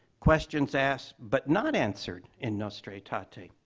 questions asked but not answered in nostra aetate.